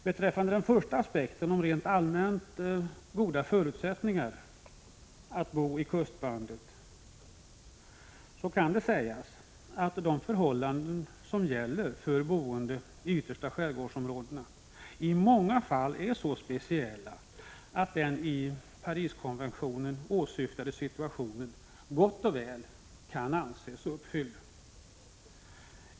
Beträffande den första aspekten, de rent allmänt goda förutsättningarna att bo i kustbandet, kan sägas att de förhållanden som gäller för boende i de yttersta skärgårdsområdena i många fall är så speciella att det i Pariskonventionen åsyftade villkoret gott och väl kan anses uppfyllt.